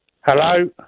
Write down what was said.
Hello